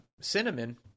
Cinnamon